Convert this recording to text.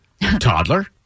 Toddler